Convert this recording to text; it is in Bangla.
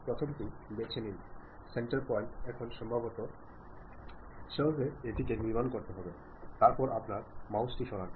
প্রথমটি বেছে নিন সেন্টার পয়েন্ট এখন সম্ভবত আমিও সেভাবে এটিকে নির্মাণ করতে চাই তারপরে আপনার মাউসটি সরান